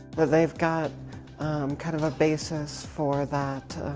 that they've got kind of a basis for that,